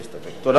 תודה רבה.